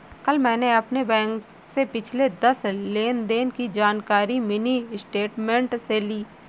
कल मैंने अपने बैंक से पिछले दस लेनदेन की जानकारी मिनी स्टेटमेंट से ली